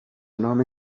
نام